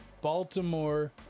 Baltimore